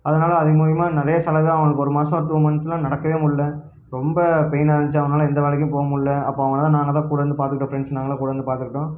அதனால அது மூலிமா நிறையா செலவு அவனுக்கு ஒரு மாதம் டு மந்த்ஸ்ஸெலாம் நடக்கவே முடில ரொம்ப பெய்னாக இருந்துச்சு அவனால் எந்த வேலைக்கும் போக முடில அப்போ அவனெலாம் நாங்கள் தான் கூட இருந்து பார்த்துக்கிட்டோம் ஃப்ரெண்ட்ஸ் நாங்களாம் கூட இருந்து பார்த்துக்கிட்டோம்